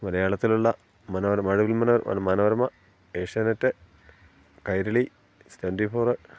മലയാളത്തിലുള്ള മനോര മഴവിൽ അല്ല മനോരമ ഏഷ്യാനെറ്റ് കൈരളി ട്വൻ്റിഫോറ്